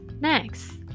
next